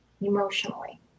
emotionally